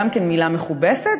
גם כן מילה מכובסת,